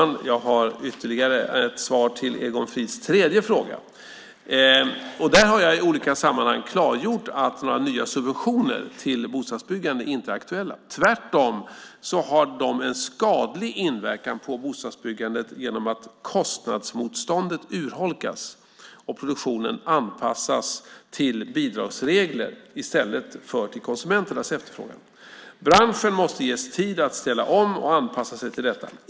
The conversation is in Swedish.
När det så gäller Egon Frids tredje fråga har jag i olika sammanhang klargjort att några nya subventioner till bostadsbyggande inte är aktuella. Tvärtom har dessa en skadlig inverkan på bostadsbyggandet genom att kostnadsmotståndet urholkas och produktionen anpassas till bidragsregler i stället för till konsumenternas efterfrågan. Branschen måste ges tid att ställa om och anpassa sig till detta.